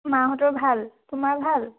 মাহঁতৰ ভাল তোমাৰ ভাল